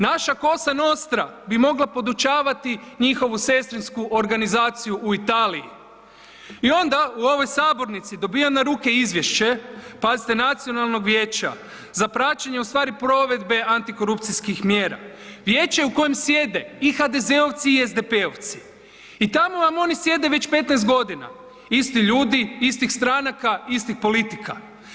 Naša Cosa nostra bi mogla podučavati njihovu sestrinsku organizaciju u Italiji i onda u ovoj sabornici dobivamo na ruke izvješće, pazite Nacionalnog vijeća za praćenje ustvari provedbe antikorupcijskih mjera, vijeće u kojem sjede i HDZ-ovci i SDP-ovci i tamo vam oni sjede već 15 godina, isti ljudi, istih stranaka, istih politika.